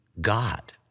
god